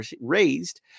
raised